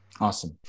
Awesome